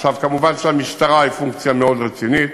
עכשיו, כמובן, המשטרה היא פונקציה מאוד רצינית,